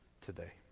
today